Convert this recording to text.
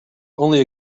only